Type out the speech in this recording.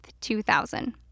2000